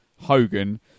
Hogan